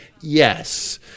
Yes